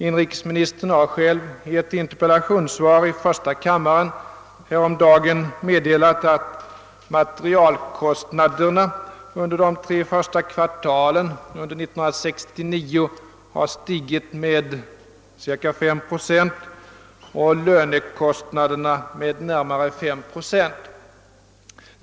Inrikesministern har själv i ett interpellationssvar i första kammaren häromdagen meddelat, att materialkostnaderna under de tre första kvartalen år 1969 har stigit med cirka 5 procent och lönekostnaderna också med närmare 5 procent.